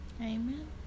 amen